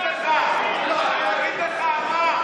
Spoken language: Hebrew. העיקר להיות בממשלה.